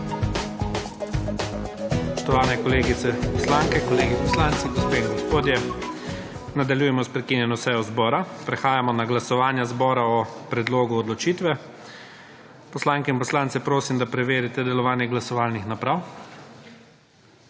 Spoštovane kolegice poslanke, kolegi poslanci, gospe in gospodje! Nadaljujemo s prekinjeno sejo zbora. Prehajamo na glasovanje zbora o predlogu odločitve. Poslanke in poslance prosim, da preverite delovanje glasovalnih naprav.